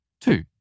Two